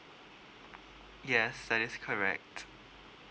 yes that is correct